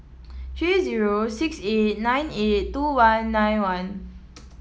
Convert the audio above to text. three zero six eight nine eight two one nine one